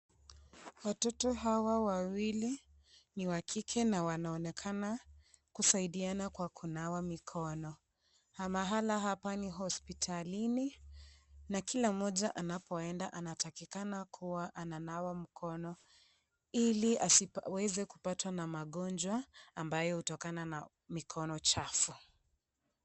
Watoto hawa wawili ni wa kike na wanaonekana kusaidiana kwa kunawa mikono na mahala hapa ni hospitalini na kila mmoja anapoenda anatakikana kuwa ananawa mikono ili asiweze kupatwa na magonjwa ambayo hutokana na mikono chafu.